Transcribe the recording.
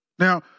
Now